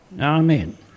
Amen